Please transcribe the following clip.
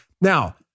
Now